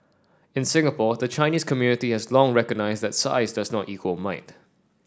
in Singapore the Chinese community has long recognised that size does not equal might